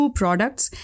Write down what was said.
products